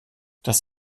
dass